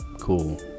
cool